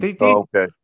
okay